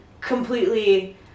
Completely